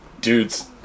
dudes